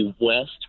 West